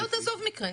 לא, תעזוב מקרה.